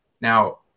Now